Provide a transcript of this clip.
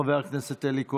חבר הכנסת אלי כהן,